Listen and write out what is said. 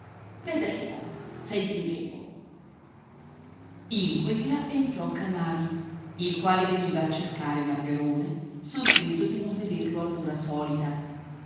vedremo sentiremo in quella entrò canali il quale veniva a cercare margarone sorpreso di non vederlo all'ora solita